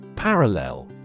Parallel